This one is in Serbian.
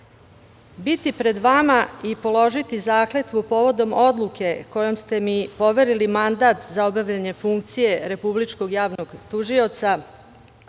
pred vama i položiti Zakletvu povodom odluke kojom ste mi poverili mandat za obavljanje funkcije Republičkog javnog tužioca,